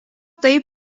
taip